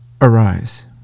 arise